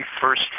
first